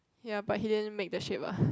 ya but he didn't make the shape ah